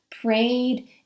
prayed